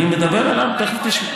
אני מדבר על 4, תכף תשמעי.